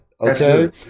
okay